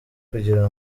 kugira